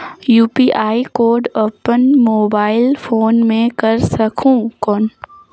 UPI code अपन mobile phone मे कर सकहुं कौन?